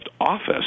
Office